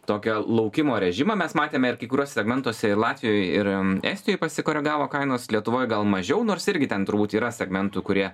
tokią laukimo režimą mes matėme ir kai kuriuose segmentuose ir latvijoj ir estijoj pasikoregavo kainos lietuvoj gal mažiau nors irgi ten turbūt yra segmentų kurie